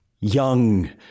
young